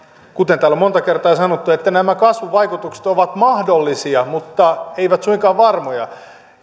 kuten täällä on monta kertaa sanottu että nämä kasvuvaikutukset ovat mahdollisia mutta eivät suinkaan varmoja